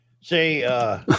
Say